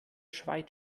schweiz